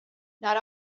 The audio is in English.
not